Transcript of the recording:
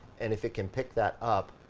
and if it can pick that up,